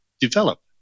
develop